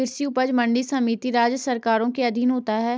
कृषि उपज मंडी समिति राज्य सरकारों के अधीन होता है